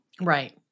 Right